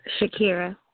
Shakira